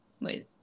Wait